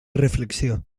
reflexió